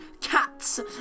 cats